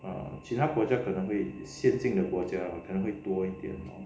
啊其他国家可能会先进的国家可能会多一点